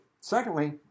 Secondly